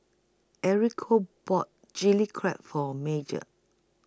Enrico bought Chili Crab For Major